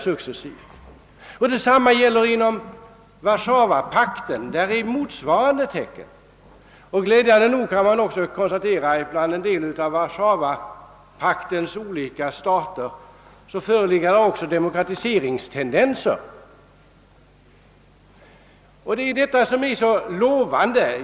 Motsvarande tecken finns inom Warszawapakten, och glädjande nog kan man konstatera att bland vissa av dess olika stater finns demokratiseringstendenser.